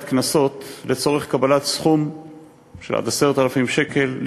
קנסות לצורך קבלת סכום של עד 10,000 שקל,